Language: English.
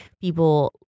people